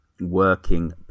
working